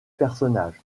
personnage